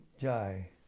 jai